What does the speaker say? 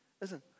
listen